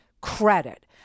credit